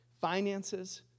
Finances